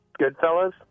Goodfellas